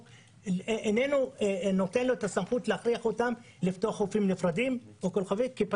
אין לו את הסמכות להכריח אותם לפתוח חופים נפרדים כי זה